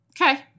Okay